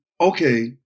okay